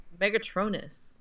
Megatronus